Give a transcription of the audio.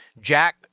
Jack